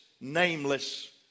nameless